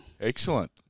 Excellent